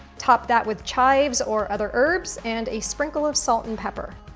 top that with chives or other herbs and a sprinkle of salt and pepper.